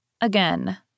Again